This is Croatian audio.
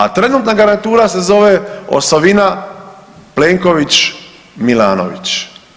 A trenutna garnitura se zove osovina Plenković Milanović.